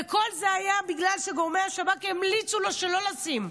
וכל זה היה בגלל שגורמי השב"כ המליצו לו שלא לשים.